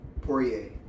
Poirier